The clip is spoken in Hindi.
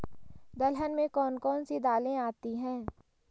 दलहन में कौन कौन सी दालें आती हैं?